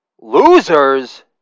losers